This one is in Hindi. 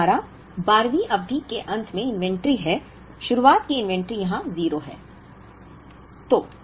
I 12 12 वीं अवधि के अंत में इन्वेंट्री है शुरुआत की इन्वेंट्री यहां 0 है